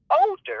older